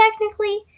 technically